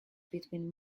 between